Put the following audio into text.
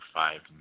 five